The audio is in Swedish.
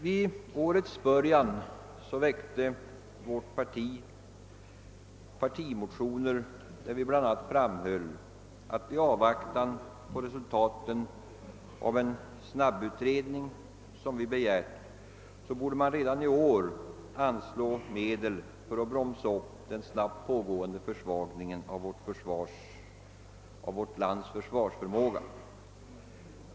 Vid årets början väckte moderata samlingspartiet partimotioner, där vi bland annat framhöll, att man i avvaktan på resultaten av en snabbutredning som vi begärt borde redan i år anslå medel för att bromsa upp den snabbt pågående försvagningen av vårt lands försvarsförmåga.